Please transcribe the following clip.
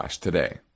today